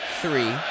three